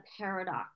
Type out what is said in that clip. paradox